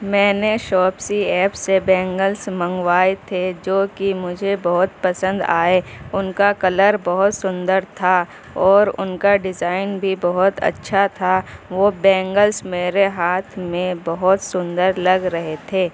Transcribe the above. میں نے Shopsy app سے بینگلس منگوائے تھے جو کہ مجھے بہت پسند آئے ان کا کلر بہت سندر تھا اور ان کا ڈیزائن بھی بہت اچھا تھا وہ بینگلس میرے ہاتھ میں بہت سندر لگ رہے تھے